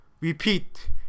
Repeat